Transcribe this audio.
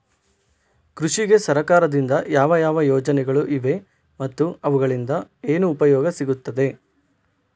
ಕೃಷಿಗೆ ಸರಕಾರದಿಂದ ಯಾವ ಯಾವ ಯೋಜನೆಗಳು ಇವೆ ಮತ್ತು ಅವುಗಳಿಂದ ಏನು ಉಪಯೋಗ ಸಿಗುತ್ತದೆ?